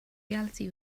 reality